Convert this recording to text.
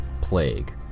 Plague